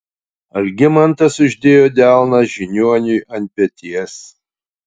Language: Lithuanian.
algimantas uždėjo delną žiniuoniui ant peties